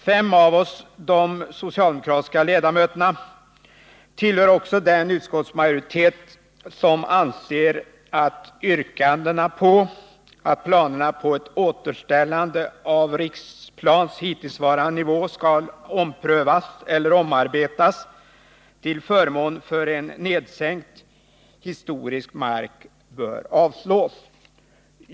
Fem av oss, de socialdemokratiska ledamöterna, tillhör också den utskottsmajoritet som anser att de yrkanden som innebär att planerna på att återställa Riksplans hittillsvarande nivå skall omprövas eller omarbetas till förmån för en nedsänkt ”historisk park” bör avslås.